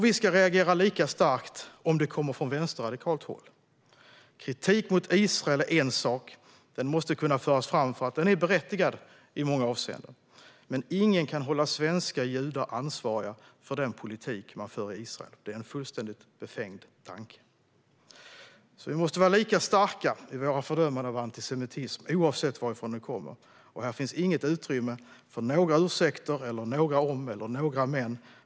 Vi ska reagera lika starkt om den kommer från vänsterradikalt håll. Kritik mot Israel är en sak; den måste kunna föras fram, för den är berättigad i många avseenden. Men ingen kan hålla svenska judar ansvariga för den politik man för i Israel. Det är en fullständigt befängd tanke. Vi måste alltså vara lika starka i våra fördömanden av antisemitism, oavsett varifrån den kommer. Här finns det inget utrymme för några ursäkter eller några om eller men.